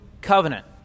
covenant